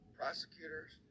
prosecutors